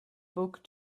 book